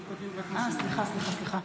אה, סליחה, סליחה.